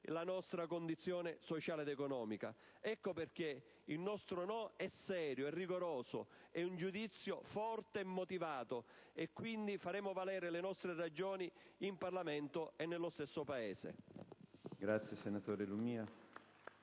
la nostra condizione sociale ed economica. Ecco perché il nostro no è serio e rigoroso. È un giudizio forte e motivato. E quindi faremo valere le nostre ragioni in Parlamento e nel Paese.